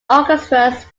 orchestras